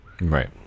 Right